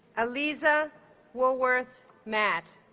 eliza woolworth matt